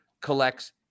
collects